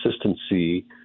consistency –